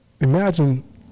imagine